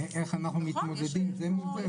איך אנחנו מתמודדים זה מול זה.